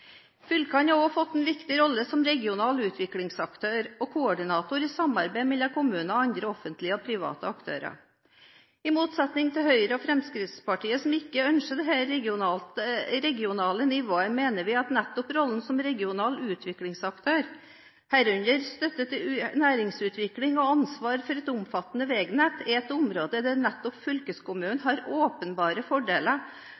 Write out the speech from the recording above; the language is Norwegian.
Fylkene har også fått en viktig rolle som regional utviklingsaktør og koordinator, i et samarbeid mellom kommunene og andre offentlige og private aktører. I motsetning til Høyre og Fremskrittspartiet, som ikke ønsker dette regionale nivået, mener vi at nettopp rollen som regional utviklingsaktør – herunder støtte til næringsutvikling og ansvar for et omfattende veinett – er et område der nettopp fylkeskommunen